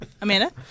Amanda